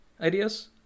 Ideas